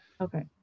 Okay